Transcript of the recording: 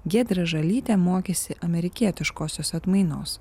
giedrė žalytė mokėsi amerikietiškosios atmainos